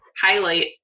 highlight